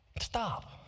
Stop